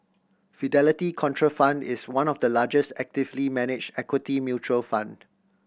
Fidelity Contrafund is one of the largest actively managed equity mutual fund